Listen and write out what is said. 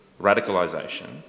radicalisation